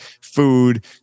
food